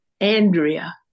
Andrea